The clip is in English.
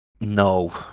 No